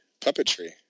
puppetry